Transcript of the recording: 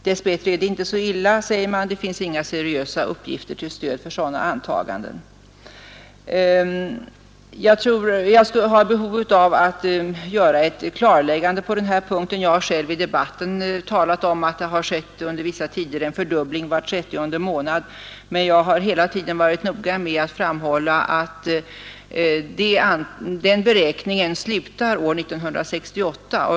Dess bättre är det inte så illa, säger man och tillägger: Det finns inga seriösa uppgifter till stöd för sådana antaganden. Jag har behov av att göra ett klarläggande på den här punkten. Jag har själv i debatten talat om att det under vissa tider skett en fördubbling var trettionde månad, men jag har hela tiden varit noga med att framhålla att den beräkningen slutar år 1968.